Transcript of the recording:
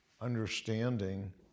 understanding